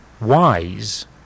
wise